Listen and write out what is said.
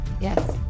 Yes